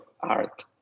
art